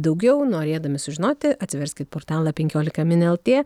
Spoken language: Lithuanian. daugiau norėdami sužinoti atsiverskit portalą penkiolika min lt